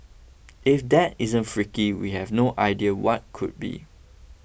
if that isn't freaky we have no idea what could be